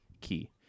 key